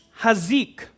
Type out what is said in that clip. hazik